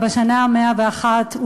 בשנה ה-101,